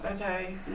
okay